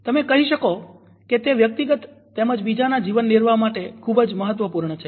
તમે કઈ શકો છો કે તે વ્યક્તિગત તેમજ બીજાના જીવન નિર્વાહ માટે ખુબ જ મહત્વપૂર્ણ છે